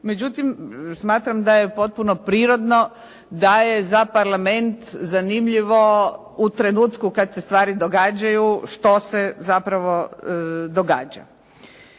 Međutim smatram da je potpuno prirodno da je za Parlament zanimljivo u trenutku kad se stvari događaju što se zapravo događa.